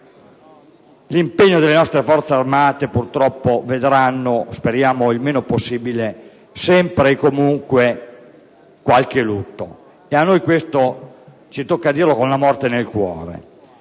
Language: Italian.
la pace le nostre Forze armate purtroppo vedranno - speriamo il meno possibile - sempre e comunque qualche lutto. Questo ci tocca dirlo con la morte nel cuore.